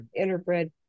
interbred